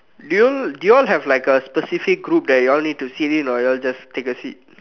do you do you all have like a specific group that you all need to sit with or you all just take a seat